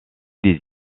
des